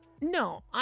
No